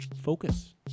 focus